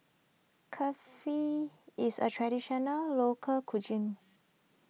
Kulfi is a Traditional Local Cuisine